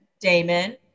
Damon